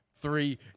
Three